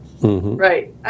Right